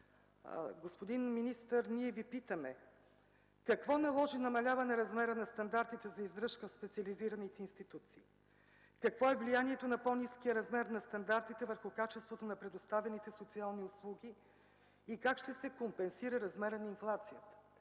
Господин министър, ние Ви питаме: какво наложи намаляване на размера на стандартите за издръжка в специализираните институции? Какво е влиянието на по-ниския размер на стандартите върху качеството на предоставяните социални услуги и как ще се компенсира размерът на инфлацията?